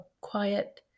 quiet